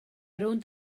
rownd